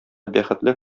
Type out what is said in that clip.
бәхетле